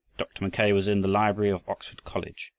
dr. mackay was in the library of oxford college,